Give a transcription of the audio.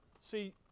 See